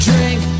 Drink